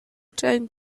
trying